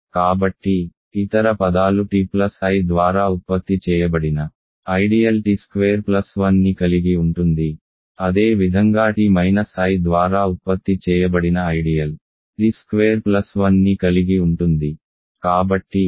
కాబట్టి ఇతర పదాలు t ప్లస్ i ద్వారా ఉత్పత్తి చేయబడిన ఐడియల్ t స్క్వేర్ ప్లస్ 1 ని కలిగి ఉంటుంది అదే విధంగా t మైనస్ i ద్వారా ఉత్పత్తి చేయబడిన ఐడియల్ t స్క్వేర్ ప్లస్ 1 ని కలిగి ఉంటుంది